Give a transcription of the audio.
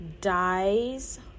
dies